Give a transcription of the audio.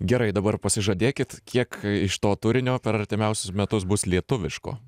gerai dabar pasižadėkit kiek iš to turinio per artimiausius metus bus lietuviško